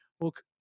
Look